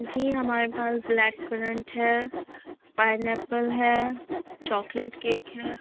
جی ہمارے پاس black currant ہے پائن ایپل ہے چاکلیٹ کیک ہے